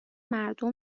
مردم